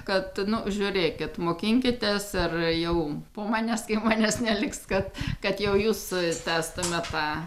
kad nu žiūrėkit mokinkitės ar jau po manęs kai manęs neliks kad kad jau jūs stęstumėt tą